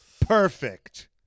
Perfect